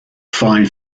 fine